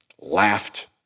laughed